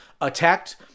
attacked